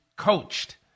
Coached